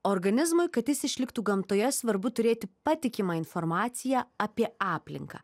organizmui kad jis išliktų gamtoje svarbu turėti patikimą informaciją apie aplinką